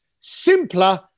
simpler